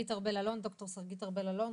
לדוקטור שגית ארבל אלון,